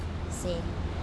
say